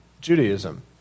Judaism